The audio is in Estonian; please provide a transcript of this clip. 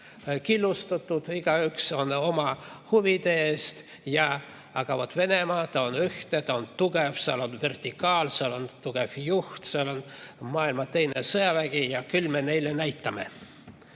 killustatud, igaüks on oma huvide eest väljas, aga vaat Venemaa on ühtne, ta on tugev, seal on vertikaal, seal on tugev juht, seal on maailma teine sõjavägi ja küll me neile näitame.